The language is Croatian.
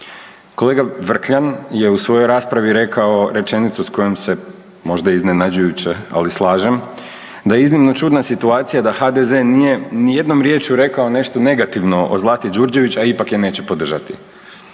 Kolega Vrkljan je u svojoj raspravi rekao rečenicu s kojom se možda iznenađujuće, ali slažem, da je iznimno čudna situacija da HDZ nije ni jednom riječju rekao nešto negativno o Zlati Đurđević, a ipak je neće podržati.